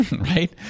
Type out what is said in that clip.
right